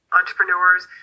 entrepreneurs